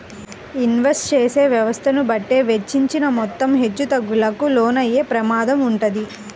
invest చేసే వ్యవస్థను బట్టే వెచ్చించిన మొత్తం హెచ్చుతగ్గులకు లోనయ్యే ప్రమాదం వుంటది